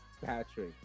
Patrick